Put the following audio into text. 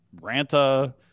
Ranta